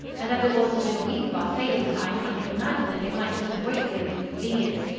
and as it was within a week of our sailing time, i could imagine that it might cause a great deal of inconvenience.